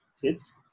kids